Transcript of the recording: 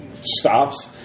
stops